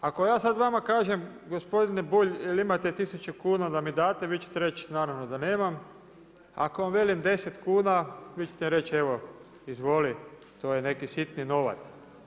Ako ja sad vama kažem gospodine Bulj, jel imate 1000 kuna da mi date, vi ćete reći naravno da nemam, a ako vam velim 10 kuna, vi ćete reći, evo izvoli, to je neki sitni novac.